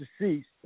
deceased